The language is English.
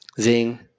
Zing